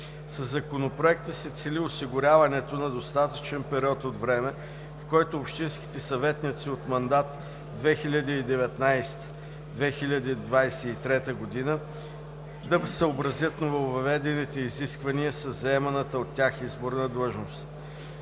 Със Законопроекта се цели осигуряването на достатъчен период от време, в който общинските съветници за мандат 2019 – 2023 г. да съобразят нововъведените изисквания със заеманата от тях изборна длъжност.